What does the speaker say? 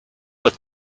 with